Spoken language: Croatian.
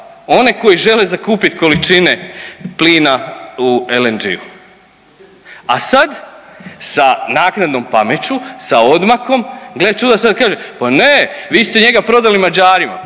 one koji žele zakupit količine plina u LNG-u. A sad sa naknadnom pameću, sa odmakom gle čuda sad kaže, pa ne vi ste njega prodali Mađarima.